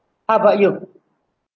how about you